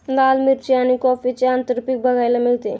लाल मिरची आणि कॉफीचे आंतरपीक बघायला मिळते